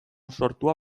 sortua